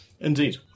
Indeed